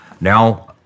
Now